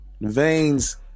veins